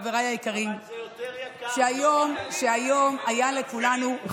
חבריי היקרים שהיום היה לכולנו יום מאוד מאוד קשה.